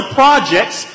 projects